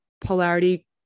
polarity